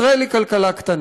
ישראל היא כלכלה קטנה.